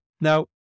Now